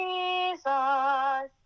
Jesus